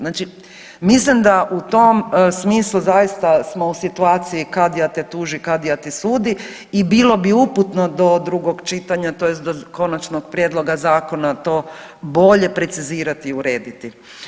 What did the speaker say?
Znači mislim da u tom smislu zaista smo u situaciju kadija te tuži, kadija ti sudi i bilo bi uputno do drugog čitanja tj. do konačnog prijedlog zakona to bolje precizirati i urediti.